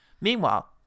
Meanwhile